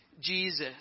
Jesus